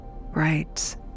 bright